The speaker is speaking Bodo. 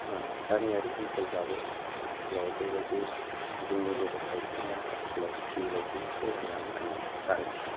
गामियारि ओनसोलब्लाबो आथिखालाव बेबायदि जिउनि लोगो सायख'नाया आथिखालाव फ्रि बायदिसो होननानै आङो सानो